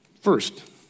first